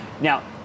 Now